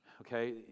Okay